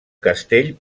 castell